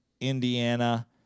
Indiana